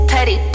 Petty